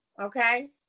okay